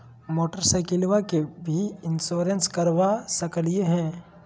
मोटरसाइकिलबा के भी इंसोरेंसबा करा सकलीय है?